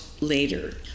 later